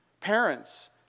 Parents